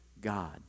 God